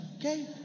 Okay